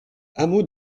hameau